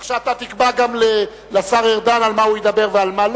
עכשיו אתה תקבע גם לשר ארדן על מה הוא ידבר ועל מה לא?